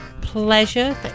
pleasure